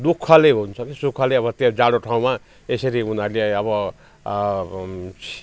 दुःखले हुन्छ कि सुखले अब त्यो जाडो ठाउँमा यसरी उनीहरूले अब